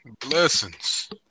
Blessings